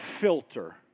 filter